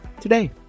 today